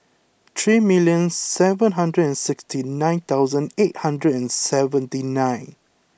three million seven hundred and sixty nine thousand eight hundred and seventy nine